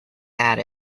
had